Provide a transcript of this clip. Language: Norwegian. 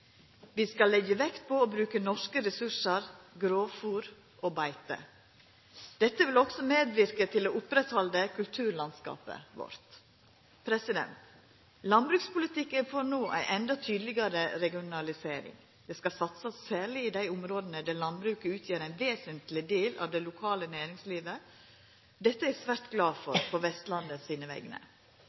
Vi skal leggja vekt på å bruka norske ressursar, grovfôr og beite. Dette vil også medverka til å oppretthalda kulturlandskapet vårt. Landbrukspolitikken får no ei endå tydelegare regionalisering. Det skal særleg satsast i dei områda der landbruket utgjer ein vesentleg del av det lokale næringslivet. Dette er eg svært glad for på Vestlandet sine vegner.